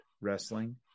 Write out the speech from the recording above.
Wrestling